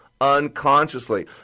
unconsciously